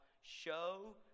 show